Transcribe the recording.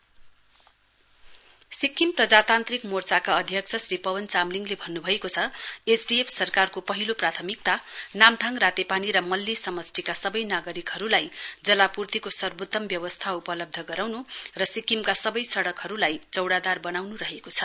SDF Sikkim प्रजातान्त्रिक मोर्चाका अध्यक्ष श्री पवन चामलिङले भन्न् भएको छ एसडीएफ सरकारको पहिलो प्राथमिकता नाम्थाङ रातेपानी र मल्ली समष्टिका सबै नागरिकहरूलाई जलापूर्तिको सर्वोत्तम व्यवस्था उपलब्ध गराउनु र सिक्किमका सबै सडकहरूलाई चौडादार बनाउनु हो